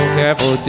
careful